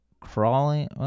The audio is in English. crawling